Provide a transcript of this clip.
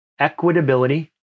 equitability